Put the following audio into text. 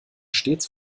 stets